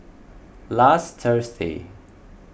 last Thursday